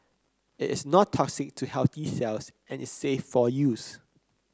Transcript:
it is not toxic to healthy cells and is safe for use